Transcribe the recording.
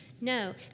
no